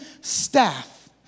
staff